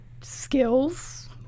skills